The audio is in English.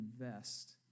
invest